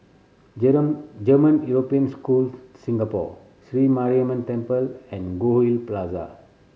German European School Singapore Sri Mariamman Temple and Goldhill Plaza